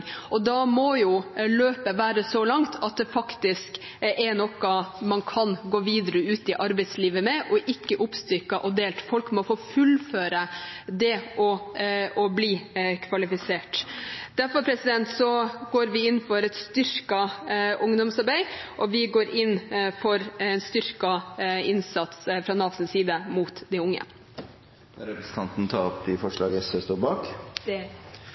Da må løpet være så langt at det faktisk er noe man kan gå videre ut i arbeidslivet med, og ikke oppstykket og delt. Folk må få fullføre det å bli kvalifisert. Derfor går vi inn for et styrket ungdomsarbeid, og vi går inn for styrket innsats fra Navs side overfor de unge. Skal representanten ta opp de forslagene som SV står bak?